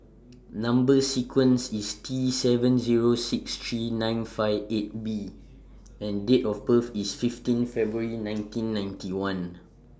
Number sequence IS T seven Zero six three nine five eight B and Date of birth IS fifteen February nineteen ninety one